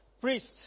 priests